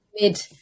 mid